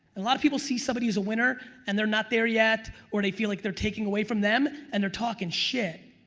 a lot of people see somebody who's a winner and they're not there yet or they feel like they're taking away from them, and they're talking shit.